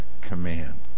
command